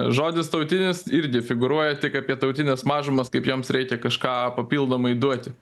žodis tautinis irgi figūruoja tik apie tautines mažumas kaip joms reikia kažką papildomai duoti